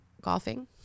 Golfing